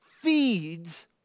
feeds